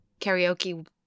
karaoke